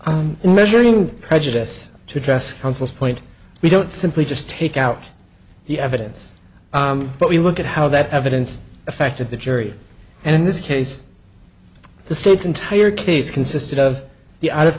you in measuring the prejudice to address counsel's point we don't simply just take out the evidence but we look at how that evidence affected the jury and in this case the state's entire case consisted of the out of